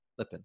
lipin